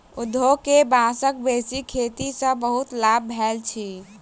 उद्योग के बांसक बेसी खेती सॅ बहुत लाभ भेल अछि